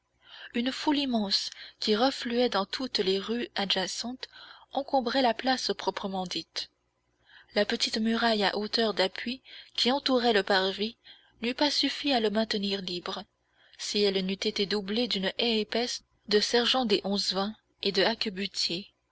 une foule immense qui refluait dans toutes les rues adjacentes encombrait la place proprement dite la petite muraille à hauteur d'appui qui entourait le parvis n'eût pas suffi à le maintenir libre si elle n'eût été doublée d'une haie épaisse de sergents des onze vingts et de